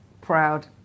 proud